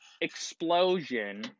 explosion